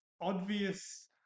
obvious